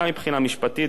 גם מבחינה משפטית,